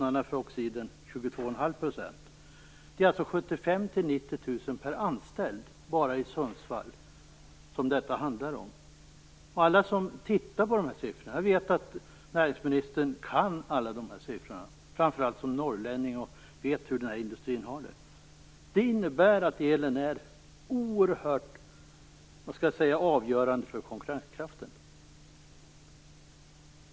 Detta handlar alltså bara i Sundsvall om 75 000-90 000 kr per anställd. Jag vet att näringsministern, som norrlänning och som kännare av den här industrin, kan de här siffrorna. Dessa siffror visar på att elen är oerhört avgörande för konkurrenskraften.